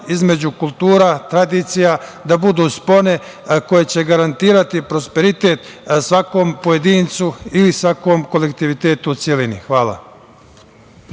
između kultura, tradicija, da budu spone koje će garantovati prosperitet svakom pojedincu ili svakom kolektivitetu u celini. Hvala.